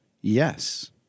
Yes